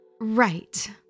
Right